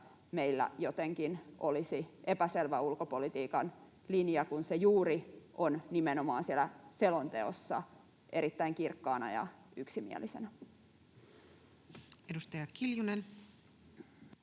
meillä jotenkin olisi epäselvä ulkopolitiikan linja, kun se juuri on nimenomaan siellä selonteossa erittäin kirkkaana ja yksimielisenä. Edustaja Kiljunen.